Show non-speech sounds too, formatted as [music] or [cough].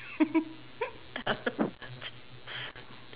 [laughs]